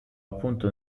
appunto